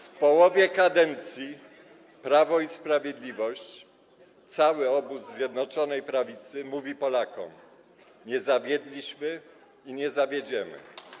W połowie kadencji Prawo i Sprawiedliwość, cały obóz Zjednoczonej Prawicy mówi Polakom: nie zawiedliśmy i nie zawiedziemy.